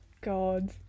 God